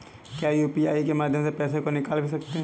क्या यू.पी.आई के माध्यम से पैसे को निकाल भी सकते हैं?